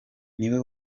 niwe